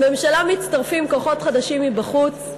לממשלה מצטרפים כוחות חדשים מבחוץ,